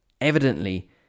Evidently